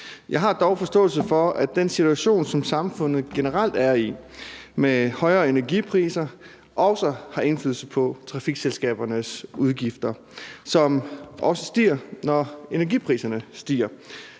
Jeg har dog forståelse for, at situationen med højere energipriser, som samfundet generelt er i, også har indflydelse på trafikselskabernes udgifter, som også stiger, når energipriserne stiger,